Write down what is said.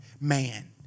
man